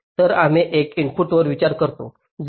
तर आम्ही या इनपुटवर विचार करतो